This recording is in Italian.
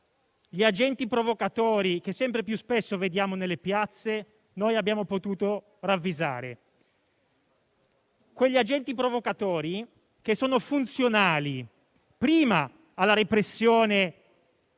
gli agenti provocatori che sempre più spesso vediamo nelle piazze, noi abbiamo potuto ravvisare; quegli agenti provocatori che sono funzionali, prima, alla repressione